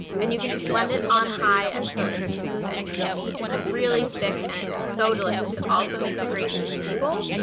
and you can just blend it on high until it's smooth and creamy, it's really thick and it's so delicious that also makes a great smoothie bowl.